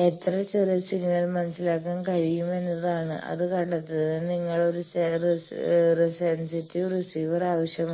ഒരു radio star അയയ്ക്കുന്നതിൽ നിങ്ങൾക്ക് എത്ര ചെറിയ സിഗ്നൽ മനസ്സിലാക്കാൻ കഴിയും എന്നതാണ് അത് കണ്ടെത്തുന്നതിന് നിങ്ങൾക്ക് ഒരു സെൻസിറ്റീവ് റിസീവർ ആവശ്യമാണ്